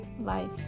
life